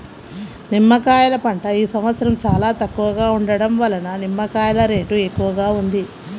నిమ్మకాయల పంట ఈ సంవత్సరం చాలా తక్కువగా ఉండటం వలన నిమ్మకాయల రేటు ఎక్కువగా ఉంది